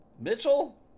Mitchell